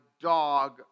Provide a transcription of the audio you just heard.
dog